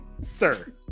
sir